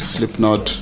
Slipknot